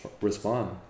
respond